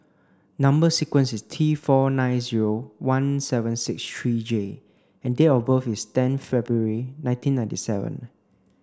number sequence is T four nine zero one seven six three J and date of birth is ten February nineteen ninety seven